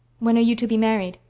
when are you to be married?